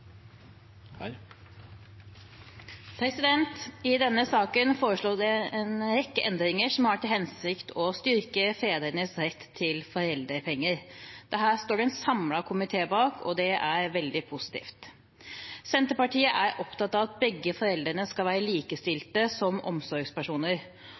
til hensikt å styrke fedrenes rett til foreldrepenger. Dette står en samlet komité bak, og det er veldig positivt. Senterpartiet er opptatt av at begge foreldrene skal være